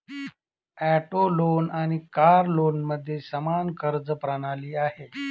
auto loan आणि car लोनमध्ये समान कर्ज प्रणाली आहे